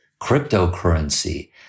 cryptocurrency